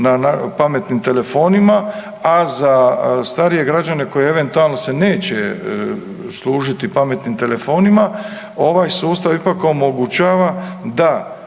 na pametnim telefonima, a za starije građane koji eventualno se neće služiti pametnim telefonima ovaj sustav ipak omogućava da